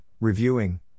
Reviewing